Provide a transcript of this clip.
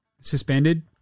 suspended